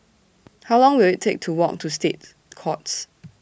How Long Will IT Take to Walk to State Courts